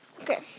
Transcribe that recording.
Okay